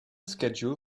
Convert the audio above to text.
schedule